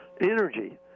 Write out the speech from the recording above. energy